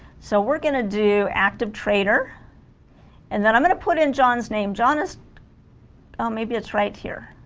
so we're gonna do active trader and then i'm gonna put in john's name john is oh maybe it's right here